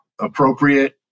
appropriate